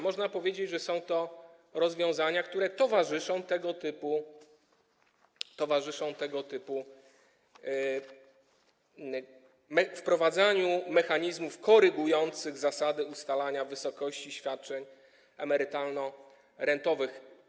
Można powiedzieć, że są to rozwiązania, które towarzyszą tego typu wprowadzaniu mechanizmów korygujących zasadę ustalania wysokości świadczeń emerytalno-rentowych.